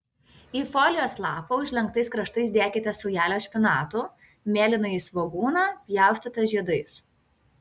į folijos lapą užlenktais kraštais dėkite saujelę špinatų mėlynąjį svogūną pjaustytą žiedais